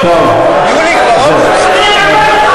זאת דמוקרטיה.